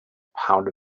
pound